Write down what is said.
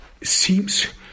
seems